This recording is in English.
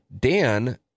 Dan